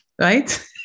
Right